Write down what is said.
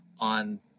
On